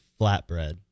flatbread